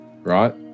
right